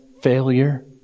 failure